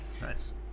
nice